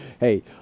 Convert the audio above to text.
hey